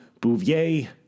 Bouvier